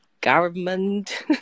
government